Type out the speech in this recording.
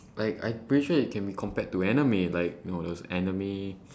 like I pretty sure it can be compared to anime like you know those anime